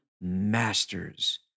masters